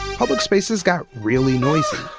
public spaces got really noisy.